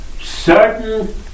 certain